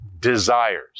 desires